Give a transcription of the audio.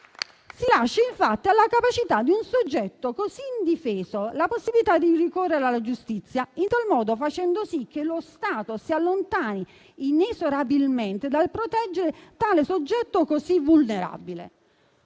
Si lascia, infatti, alla capacità di un soggetto così indifeso la possibilità di ricorrere alla giustizia, in tal modo facendo sì che lo Stato si allontani inesorabilmente dal proteggere tale soggetto così vulnerabile.